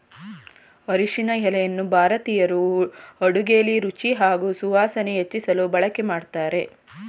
ಅರಿಶಿನ ಎಲೆಯನ್ನು ಭಾರತೀಯರು ಅಡುಗೆಲಿ ರುಚಿ ಹಾಗೂ ಸುವಾಸನೆ ಹೆಚ್ಚಿಸಲು ಬಳಕೆ ಮಾಡ್ತಾರೆ